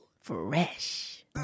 Fresh